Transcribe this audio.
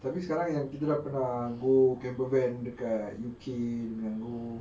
tapi sekarang yang kita dah pernah go camper van dekat U_K dengan go